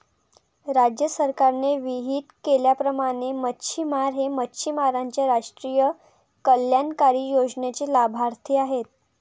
राज्य सरकारने विहित केल्याप्रमाणे मच्छिमार हे मच्छिमारांच्या राष्ट्रीय कल्याणकारी योजनेचे लाभार्थी आहेत